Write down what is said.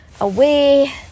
away